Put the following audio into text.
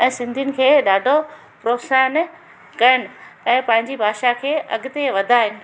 ऐं सिंधियुनि खे ॾाढो प्रोत्साहन कनि ऐं पंहिंजी भाषा खे अॻिते वधाइनि